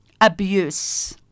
abuse